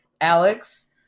Alex